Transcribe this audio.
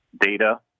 data